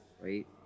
right